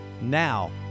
Now